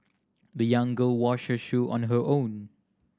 the young girl washed her shoe on her own